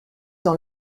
dans